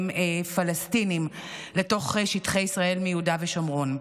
פלסטינים לתוך שטחי ישראל מיהודה ושומרון,